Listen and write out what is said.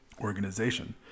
organization